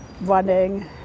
running